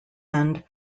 end